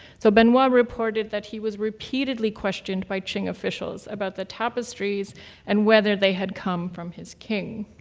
so benoist reported that he was repeatedly questioned by qing officials about the tapestries and whether they had come from his king.